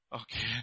Okay